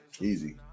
Easy